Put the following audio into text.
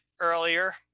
earlier